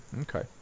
okay